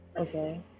Okay